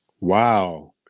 Wow